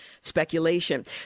speculation